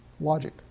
logic